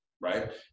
right